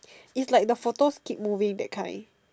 is like the photo keep moving that kind